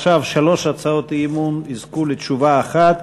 עכשיו שלוש הצעות אי-אמון יזכו לתשובה אחת,